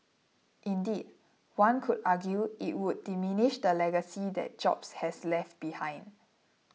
indeed one could argue it would diminish the legacy that Jobs has left behind